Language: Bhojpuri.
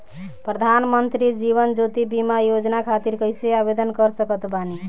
प्रधानमंत्री जीवन ज्योति बीमा योजना खातिर कैसे आवेदन कर सकत बानी?